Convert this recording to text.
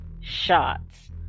shots